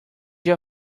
you